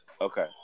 Okay